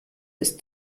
ist